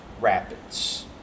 rapids